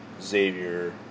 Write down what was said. Xavier